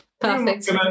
Perfect